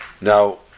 Now